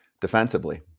defensively